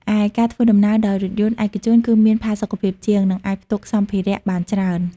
ឯការធ្វើដំណើរដោយរថយន្តឯកជនគឺមានផាសុកភាពជាង និងអាចផ្ទុកសម្ភារៈបានច្រើន។